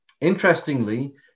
interestingly